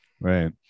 right